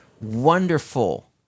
wonderful